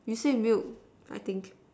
you say milk I think